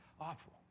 awful